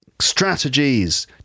strategies